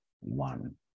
one